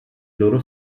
loro